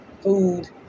Food